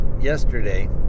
yesterday